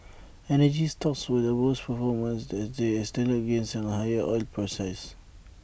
energy stocks were the best performers as they extended gains on higher oil prices